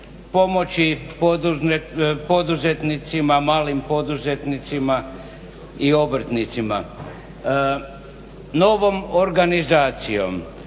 pomoći poduzetnicima, malim poduzetnicima i obrtnicima. Novom organizacijom,